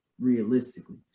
realistically